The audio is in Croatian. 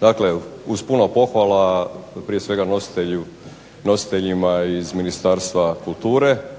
kao prvo uz puno pohvala prije svega nositeljima iz Ministarstva kulture